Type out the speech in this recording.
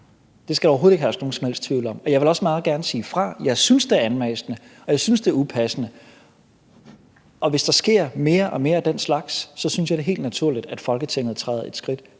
Det skal der overhovedet ikke herske nogen som helst tvivl om. Jeg vil også meget gerne sige fra. Jeg synes, det er anmassende, og jeg synes, det er upassende, og hvis der sker mere og mere af den slags, synes jeg, det er helt naturligt, at Folketinget træder et skridt